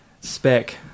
spec